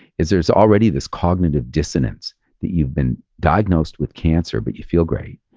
is there's already this cognitive dissonance that you've been diagnosed with cancer but you feel great.